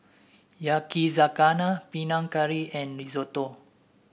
Yakizakana Panang Curry and Risotto